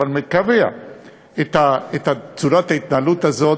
אבל מקבע את צורת ההתנהלות הזאת,